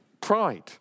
Pride